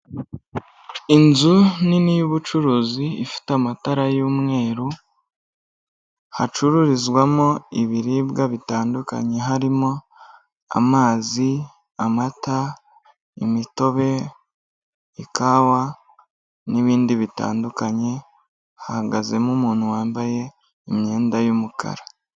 Inzu nini y'ubucuruzi ifite amatara y'umweru hacururizwamo ibiribwa bitandukanye harimo amazi, amata, imitobe, ikawa n'ibindi bitandukanye hahagazemo umuntu wambaye imyenda y'umukara.